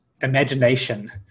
imagination